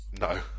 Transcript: No